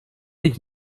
dich